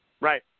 Right